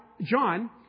John